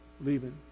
leaving